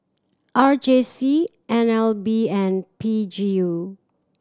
R J C N L B and P G U